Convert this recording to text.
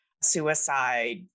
suicide